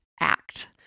act